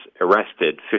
arrested